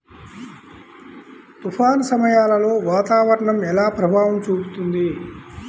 తుఫాను సమయాలలో వాతావరణం ఎలా ప్రభావం చూపుతుంది?